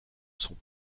son